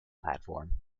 platform